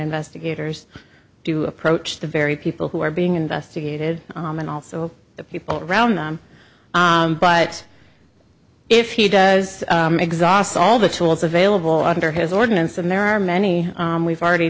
investigators do approach the very people who are being investigated and also the people around them but if he does exhaust all the tools available under his ordinance and there are many we've already